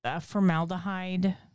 Formaldehyde